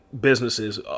businesses